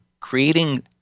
creating –